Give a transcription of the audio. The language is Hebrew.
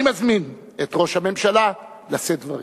אני מזמין את ראש הממשלה לשאת דברים.